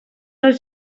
els